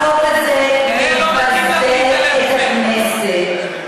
החוק הזה מבזה את הכנסת,